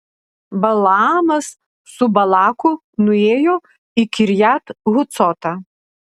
balaamas su balaku nuėjo į kirjat hucotą